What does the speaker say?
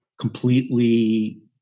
completely